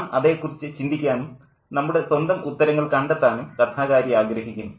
നാം അതേക്കുറിച്ച് ചിന്തിക്കാനും നമ്മുടെ സ്വന്തം ഉത്തരങ്ങൾ കണ്ടെത്താനും കഥാകാരി ആഗ്രഹിക്കുന്നു